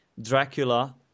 Dracula